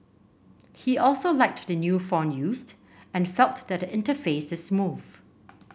he also liked the new font used and felt that the interface is smooth